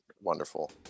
wonderful